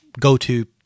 go-to